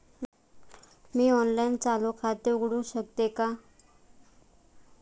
मी online चालू खाते उघडू शकते का?